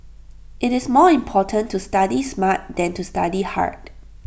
IT is more important to study smart than to study hard